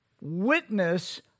witness